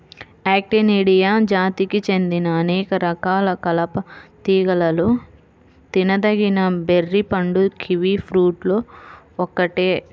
Actinidia జాతికి చెందిన అనేక రకాల కలప తీగలలో తినదగిన బెర్రీ పండు కివి ఫ్రూట్ ఒక్కటే